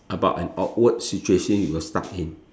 about an awkward situation you were stuck in